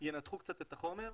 ינתחו קצת את החומר,